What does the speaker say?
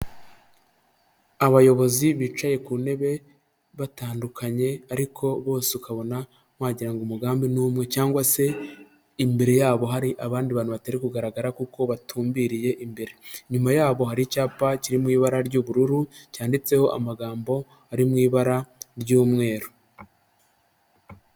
Abayobozi bicaye ku ntebe batandukanye ariko bose ukabona wagirango umugambi n'umwe cyangwa se imbere yabo hari abandi bantu batari kugaragara kuko batumbiriye imbere, inyuma yabo hari icyapa kiri mu ibara ry'ubururu cyandikeho amagambo ari mu ibara ry'umweru.